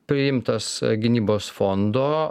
priimtas gynybos fondo